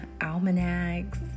almanacs